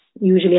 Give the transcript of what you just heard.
Usually